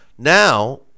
Now